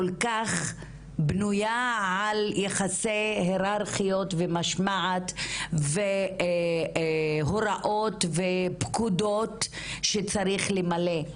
כל כך בנויה על יחסי היררכיות ומשמעת והוראות ופקודות שצריך למלא,